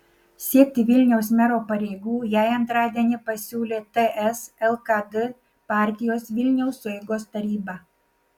siekti vilniaus mero pareigų jai antradienį pasiūlė ts lkd partijos vilniaus sueigos taryba